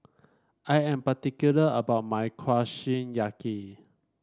I am particular about my Kushiyaki